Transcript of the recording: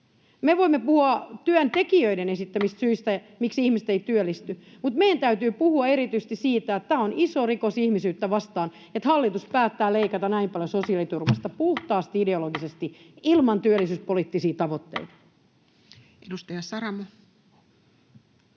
Me voimme puhua työntekijöiden esittämistä syistä, miksi ihmiset eivät työllisty. Mutta meidän täytyy puhua erityisesti siitä, että tämä on iso rikos ihmisyyttä vastaan, että hallitus päättää leikata näin paljon sosiaaliturvasta puhtaasti ideologisesti, ilman työllisyyspoliittisia tavoitteita. Edustaja Saramo.